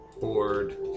bored